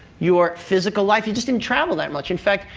you're physical life, you just didn't travel that much. in fact,